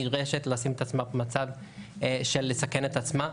נדרשת לשים את עצמה במצב של לסכן את עצמה,